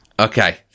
okay